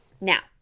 Now